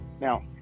Now